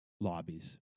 lobbies